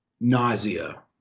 nausea